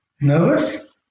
nervous